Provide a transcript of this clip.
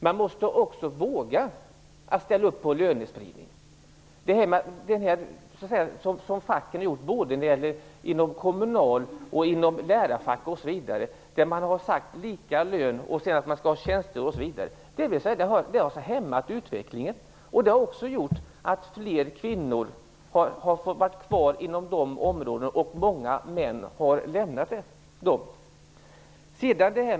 Man måste våga ställa upp på lönespridning. Det som man har gjort både inom kommunal och lärarfack osv. när det gäller tjänster och löner har hämmat utvecklingen. Det har också gjort att fler kvinnor fått stanna kvar inom vissa områden och att många män har lämnat dem.